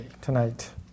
tonight